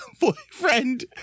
boyfriend